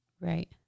Right